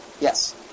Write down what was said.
Yes